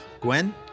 Gwen